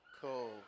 Cool